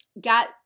got